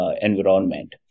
environment